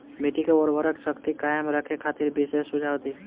मिट्टी के उर्वरा शक्ति कायम रखे खातिर विशेष सुझाव दी?